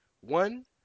one